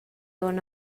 onn